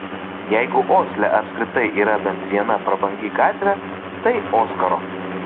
jeigu osle apskritai yra bent viena prabangi gatvė tai oskaro